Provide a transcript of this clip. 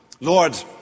Lord